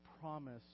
promise